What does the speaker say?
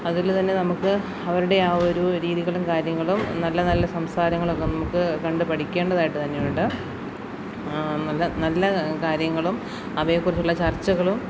അതിൽ തന്നെ നമുക്ക് അവരുടെ ആ ഒരു രീതികളും കാര്യങ്ങളും നല്ല നല്ല സംസാരങ്ങളൊക്കെ നമുക്ക് കണ്ട് പഠിക്കേണ്ടതായിട്ട് തന്നെയുണ്ട് നല്ല നല്ല കാര്യങ്ങളും അവയെക്കുറിച്ചുള്ള ചർച്ചകളും